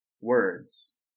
words